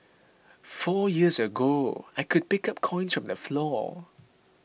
four years ago I could pick up coins from the floor